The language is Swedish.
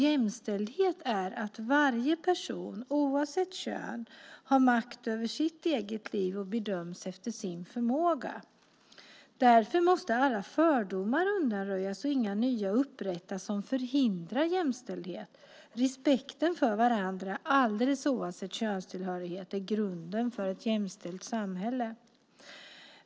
Jämställdhet är att varje person oavsett kön har makt över sitt eget liv och bedöms efter sin förmåga. Därför måste alla fördomar undanröjas och inga nya upprättas som förhindrar jämställdhet. Respekten för varandra alldeles oavsett könstillhörighet är grunden för ett jämställt samhälle.